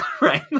right